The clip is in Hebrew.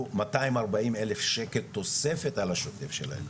מאתיים ארבעים אלף שקל תוספת על השוטף שלהם.